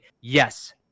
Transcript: Yes